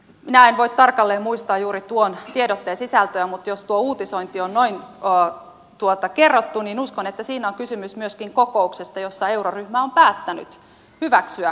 minä en voi tarkalleen muistaa juuri tuon tiedotteen sisältöä mutta jos tuo uutisointi on noin kerrottu niin uskon että siinä on kysymys myöskin kokouksesta jossa euroryhmä on päättänyt hyväksyä vakuusjärjestelyn